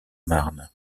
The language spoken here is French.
marne